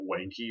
wanky